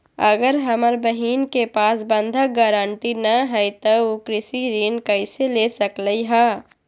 अगर हमर बहिन के पास बंधक गरान्टी न हई त उ कृषि ऋण कईसे ले सकलई ह?